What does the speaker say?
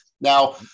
Now